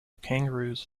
kangaroos